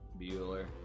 Bueller